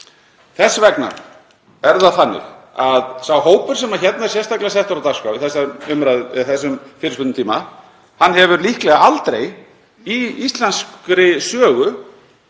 Þess vegna er það þannig að sá hópur sem er hér sérstaklega settur á dagskrá í þessum fyrirspurnatíma hefur líklega aldrei í íslenskri sögu